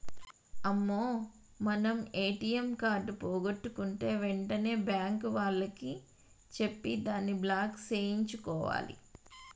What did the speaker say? అమ్మో మనం మన ఏటీఎం కార్డు పోగొట్టుకుంటే వెంటనే బ్యాంకు వాళ్లకి చెప్పి దాన్ని బ్లాక్ సేయించుకోవాలి